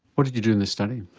what did you do in this study?